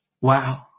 Wow